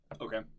Okay